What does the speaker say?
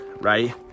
right